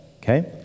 Okay